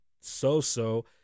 so-so